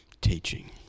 teaching